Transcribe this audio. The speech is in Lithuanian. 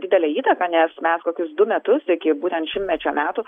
didelę įtaką nes mes kokius du metus iki būtent šimtmečio metų